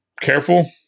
careful